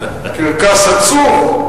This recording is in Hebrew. קרקס עצוב?